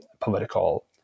political